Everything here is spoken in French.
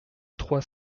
trois